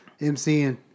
MCing